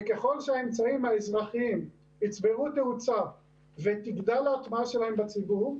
וככל שהאמצעים האזרחיים יצברו תאוצה ותגדל ההטמעה שלהם בציבור,